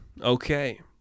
okay